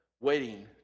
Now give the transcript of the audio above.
waiting